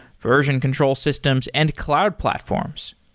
version control systems and cloud platforms.